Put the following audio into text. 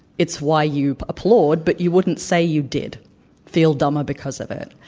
it's why you applaud, but you wouldn't say you did feel dumber because of it.